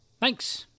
Thanks